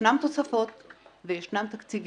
ישנן תוספות וישנם תקציבים.